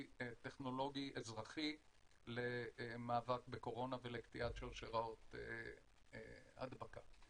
טכנולוגי-אזרחי למאבק בקורונה ולקטיעת שרשראות ההדבקה.